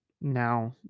now